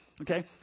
okay